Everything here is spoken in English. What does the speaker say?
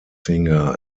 singer